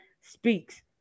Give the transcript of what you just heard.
speaks